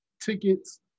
tickets